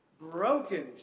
Broken